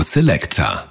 Selector